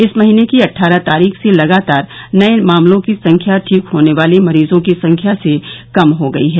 इस महीने की अट्ठारह तारीख से लगातार नये मामलों की संख्या ठीक होने वाले मरीजों की संख्या से कम हो गई है